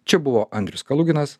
čia buvo andrius kaluginas